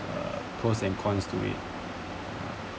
uh pros and cons to be